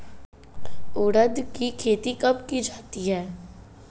उड़द की खेती कब की जाती है?